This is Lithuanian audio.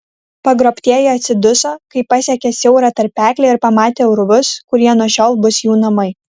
pagrobtieji atsiduso kai pasiekė siaurą tarpeklį ir pamatė urvus kurie nuo šiol bus jų namai